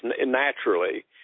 naturally